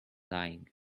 dying